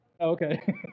Okay